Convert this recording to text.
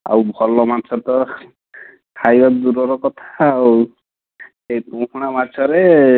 ଆଉ ଭଲ ମାଛ ତ ଖାଇବା ଦୂରର କଥା ଆଉ ସେହି ପୋହଳା ମାଛରେ